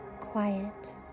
quiet